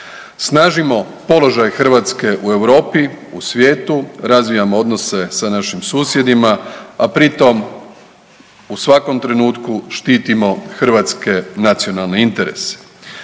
Snažimo položaj Hrvatske u Europi, u svijetu, razvijamo odnose sa našim susjedima, a pri tom u svakom trenutku štitimo hrvatske nacionalne interese.